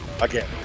again